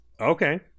Okay